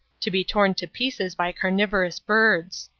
to be torn to pieces by carnivorous birds.